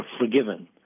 forgiven